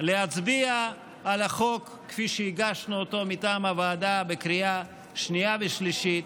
ולהצביע על החוק כפי שהגשנו אותו מטעם הוועדה בקריאה שנייה ושלישית.